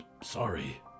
sorry